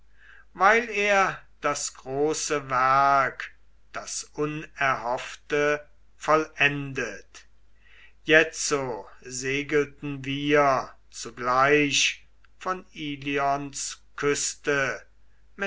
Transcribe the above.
weil er das große werk das unverhoffte vollendet jetzo segelten wir zugleich von ilions küste